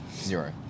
zero